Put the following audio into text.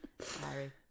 Sorry